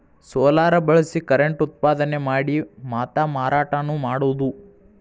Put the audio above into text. solar ಬಳಸಿ current ಉತ್ಪಾದನೆ ಮಾಡಿ ಮಾತಾ ಮಾರಾಟಾನು ಮಾಡುದು